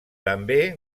també